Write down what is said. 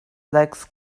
legs